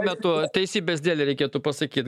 metu teisybės dėlei reikėtų pasakyt